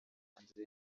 hanze